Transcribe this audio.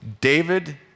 David